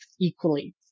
equally